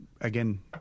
again